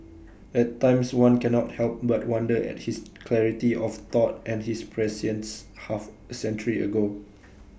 at times one cannot help but wonder at his clarity of thought and his prescience half A century ago